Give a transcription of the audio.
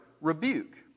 rebuke